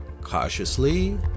Cautiously